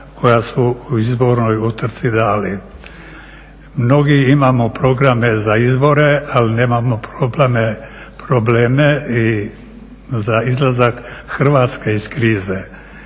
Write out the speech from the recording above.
koja su u izbornoj utrci dali. Mnogi imamo programe za izbore, ali nemamo probleme i za izlazak Hrvatske iz krize.